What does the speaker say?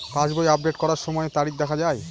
পাসবই update করার সময়ে তারিখ দেখা য়ায়?